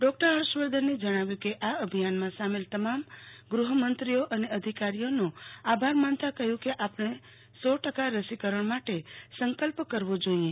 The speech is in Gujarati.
ડો હર્ષવર્ધનને જણાવ્યું કે આ અભિયાનમાં સામેલ તમામ ગૃહમંત્રીઓ અને અધિકારીઓનો આભાર માનતા કહ્યું કે આપણે સો ટકા રસીકરણ માટે સંકલ્પ કરવો જોઈએ